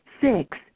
six